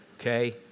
Okay